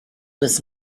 was